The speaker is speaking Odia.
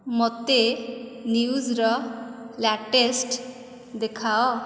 ମୋତେ ନ୍ୟୁଜ୍ର ଲାଟେଷ୍ଟ୍ ଦେଖାଅ